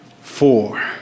four